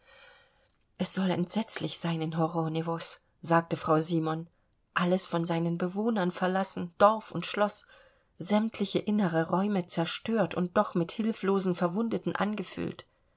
es soll entsetzlich sein in horonewos sagte frau simon alles von seinen bewohnern verlassen dorf und schloß sämtliche innere räume zerstört und doch mit hilflosen verwundeten angefüllt